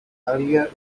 earlier